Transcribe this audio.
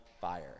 fire